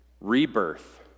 rebirth